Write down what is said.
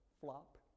flop